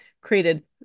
created